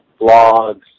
blogs